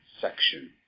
section